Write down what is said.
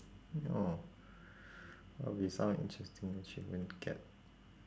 oh what would be some interesting achievement to get